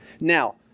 Now